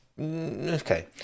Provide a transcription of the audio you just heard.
Okay